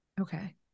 Okay